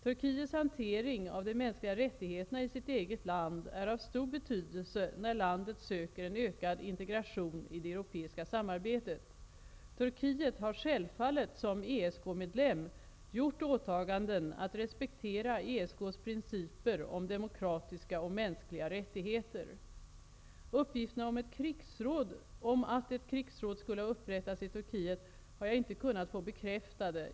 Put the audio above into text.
Turkiets hantering av de mänskliga rättigheterna i sitt eget land är av stor betydelse när landet söker en ökad integration i det europeiska samarbetet. Turkiet har självfallet som ESK-medlem gjort åtaganden att respektera ESK:s principer om demokratiska och mänskliga rättigheter. Uppgifterna om att ett krigsråd skulle ha upprättats i Turkiet har jag inte kunnat få bekräftade.